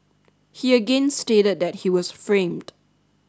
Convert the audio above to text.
he again stated that he was framed